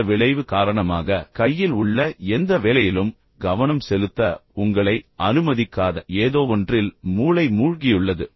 இந்த விளைவு காரணமாக கையில் உள்ள எந்த வேலையிலும் கவனம் செலுத்த உங்களை அனுமதிக்காத ஏதோவொன்றில் மூளை மூழ்கியுள்ளது